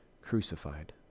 crucified